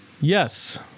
Yes